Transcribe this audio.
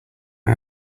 are